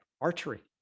archery